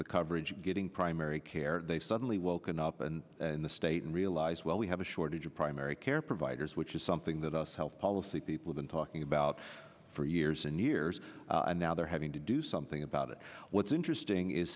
the coverage getting primary care they suddenly woken up and in the state and realize well we have a shortage of primary care providers which is something that us health policy people been talking about for years and years and now they're having to do something about it what's interesting is